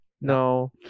No